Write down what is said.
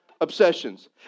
obsessions